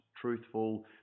truthful